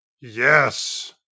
Yes